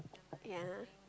ya